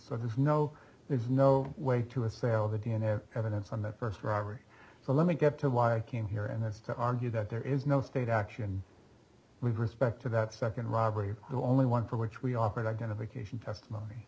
so there's no there's no way to assail the d n a evidence on that st robbery so let me get to why i came here and it's to argue that there is no state action with respect to that nd robbery only one for which we offered identification testimony